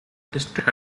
district